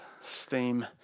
steam